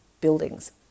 buildings